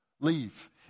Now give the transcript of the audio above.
Leave